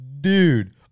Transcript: Dude